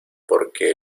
porque